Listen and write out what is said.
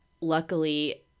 luckily